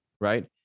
right